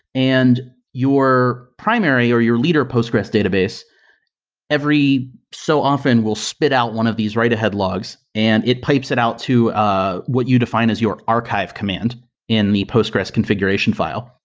and your primary or your leader postgres database every so often will spit out one of these write ahead logs and it pipes it out to ah what you defined as your archive command in the postgres configuration file.